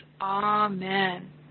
Amen